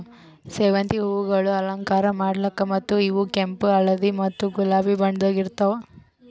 ಸೇವಂತಿಗೆ ಹೂವುಗೊಳ್ ಅಲಂಕಾರ ಮಾಡ್ಲುಕ್ ಮತ್ತ ಇವು ಕೆಂಪು, ಹಳದಿ ಮತ್ತ ಗುಲಾಬಿ ಬಣ್ಣದಾಗ್ ಇರ್ತಾವ್